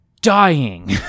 dying